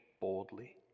boldly